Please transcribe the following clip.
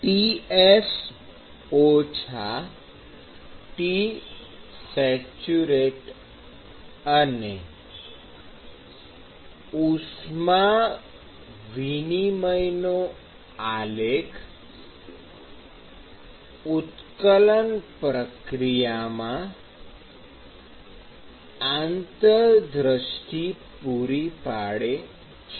Ts Tsat અને ઉષ્મા વિનિમયનો આલેખ ઉત્કલન પ્રક્રિયામાં આંતરદૃષ્ટિ પૂરી પાડે છે